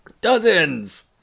dozens